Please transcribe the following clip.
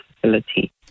facility